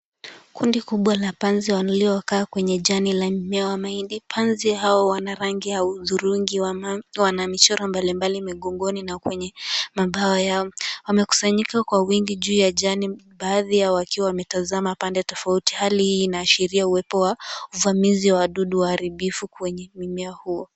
Kundi kubwa la panzi waliokaa kwenye jani la mmea wa mahindi. Panzi hao wana rangi ya hudhurungi. Wana michoro mbalimbali migongoni na kwenye mabawa yao. Wamekusanyika kwa wingi juu ya jani baadhi yao wakiwa wametazama pande tofauti. Hali hii inaashiria uwepo wa uvamizi wa wadudu waharibifu kwenye mmea huo.